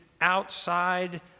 outside